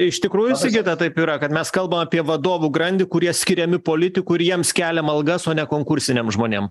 iš tikrųjų sigita taip yra kad mes kalbam apie vadovų grandį kurie skiriami politikų ir jiems keliam algas o ne konkursiniem žmonėm